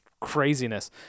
craziness